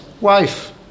wife